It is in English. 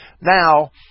Now